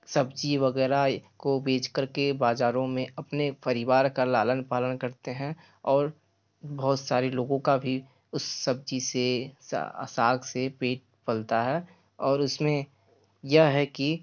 सब्ज़ी वगैरह को बेच करके बाज़ारों में अपने परिवार का लालन पालन करते हैं और बहुत सारे लोगों का भी उस सब्ज़ी से सा साग से पेट पलता है और उस में यह है कि